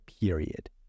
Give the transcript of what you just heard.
period